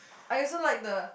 I also like the